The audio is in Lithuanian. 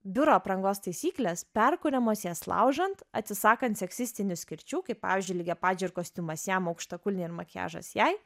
biuro aprangos taisyklės perkuriamos jas laužant atsisakant seksistinių skirčių kaip pavyzdžiui lygiapadžiai ar kostiumas jam aukštakulniai ir makiažas jai